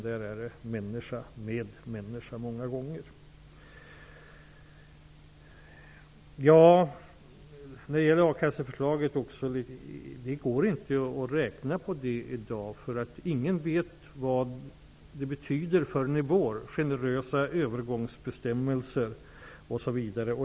Det handlar om mänsklig omvårdnad. Det går inte att räkna på a-kasseförslaget. Ingen vet vad det innebär förrän i vår, i och med generösa övergångsbestämmelser osv.